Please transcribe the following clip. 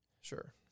Sure